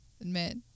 admit